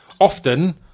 often